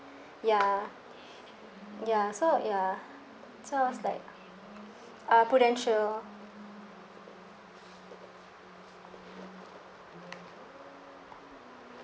ya ya so ya so I was like uh Prudential